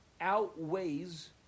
outweighs